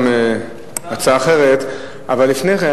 היושבת-ראש.